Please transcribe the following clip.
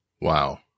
Wow